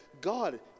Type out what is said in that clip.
god